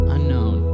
Unknown